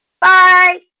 Bye